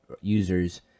users